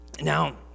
Now